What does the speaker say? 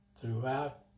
throughout